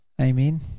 Amen